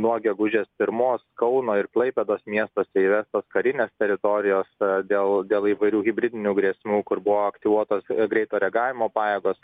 nuo gegužės pirmos kauno ir klaipėdos miestuose įvestos karinės teritorijos dėl dėl įvairių hibridinių grėsmių kur buvo aktyvuotos greito reagavimo pajėgos